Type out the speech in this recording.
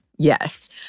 Yes